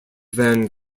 van